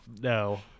no